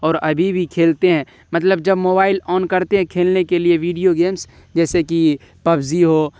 اور ابھی بھی کھیلتے ہیں مطلب جب موبائل آن کرتے ہیں کھیلنے کے لیے ویڈیو گیمس جیسے کہ پب زی ہو